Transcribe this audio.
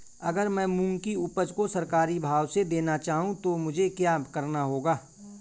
अगर मैं मूंग की उपज को सरकारी भाव से देना चाहूँ तो मुझे क्या करना होगा?